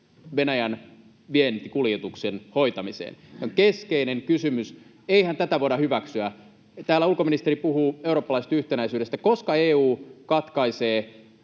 Venäjän vientikuljetusten hoitamiseen. Se on keskeinen kysymys. Eihän tätä voida hyväksyä. Täällä ulkoministeri puhuu eurooppalaisesta yhtenäisyydestä. Koska EU katkaisee